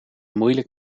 moeilijk